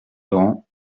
laurent